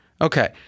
Okay